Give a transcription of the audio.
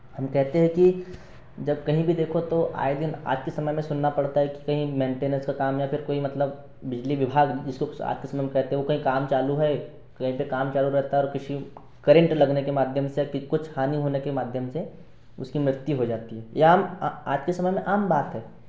हम कहते हैं कि जब कहीं भी देखो तो आए दिन आज के समय में सुनना पड़ता है कि मेंटेनेंस का काम या फिर कोई मतलब बिजली विभाग जिसको आज के समय में कहते हैं वह कहीं काम चालू है कहीं पर काम चालू रहता है और किसी करेंट लगने के माध्यम से या फिर कुछ हानि होने के माध्यम से उसकी मृत्यु हो जाती है यह आम आज के समय में आम बात है